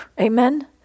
Amen